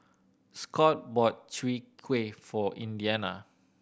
Scot bought Chwee Kueh for Indiana